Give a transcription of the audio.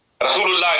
Rasulullah